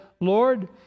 Lord